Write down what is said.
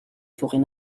forêts